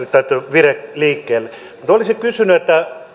vire liikkeelle mutta olisin kysynyt